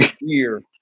year